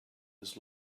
his